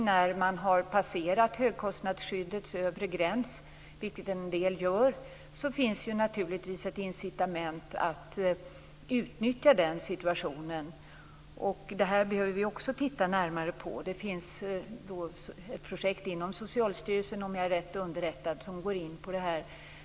När man har passerat högkostnadsskyddets övre gräns finns naturligtvis ett incitament att utnyttja den situationen. Det behöver vi också titta närmare på. Om jag är rätt underrättad finns det ett projekt inom Socialstyrelsen som går in på det här.